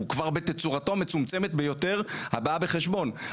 הוא כבר בתוצרתו המצומצמת ביותר הבאה בחשבון.